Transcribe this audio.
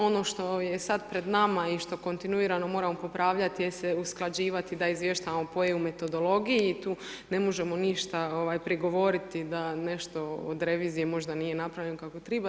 Ono što je sada pred nama i što kontinuirano moramo popravljati je da se moramo usklađivati da izvještavamo po EU metodologiji i tu ne možemo ništa prigovoriti da nešto od revizije možda nije napravljeno kako treba.